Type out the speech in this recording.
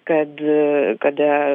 kad kada